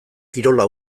kirola